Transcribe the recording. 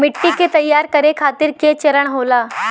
मिट्टी के तैयार करें खातिर के चरण होला?